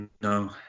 No